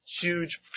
huge